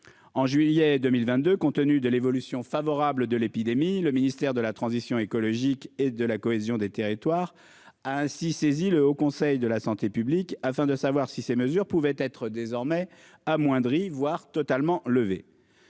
En juillet 2022, compte tenu de l'évolution favorable de l'épidémie, le ministère de la transition écologique et de la cohésion des territoires a ainsi saisi le Haut Conseil de la santé publique afin de savoir si ces mesures pouvaient être désormais amoindris voire totalement levé.